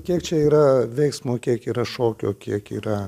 kiek čia yra veiksmo kiek yra šokio kiek yra